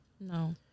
No